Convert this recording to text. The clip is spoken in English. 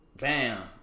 bam